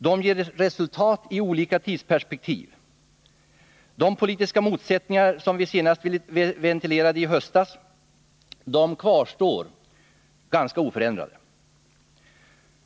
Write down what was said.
De ger resultat i olika tidsperspektiv. De politiska motsättningar vi senast ventilerade i höstas kvarstår ganska oförändrade.